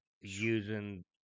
using